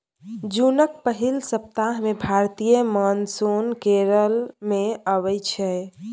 जुनक पहिल सप्ताह मे भारतीय मानसून केरल मे अबै छै